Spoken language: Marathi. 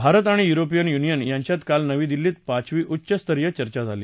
भारत आणि युरोपियन युनियन यांच्यात काल नवी दिल्लीत पाचवी उच्च स्तरीय चर्चा झाली